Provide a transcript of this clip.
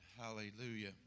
Hallelujah